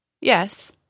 Yes